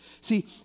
See